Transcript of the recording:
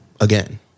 again